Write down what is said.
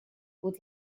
would